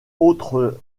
autre